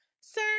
sir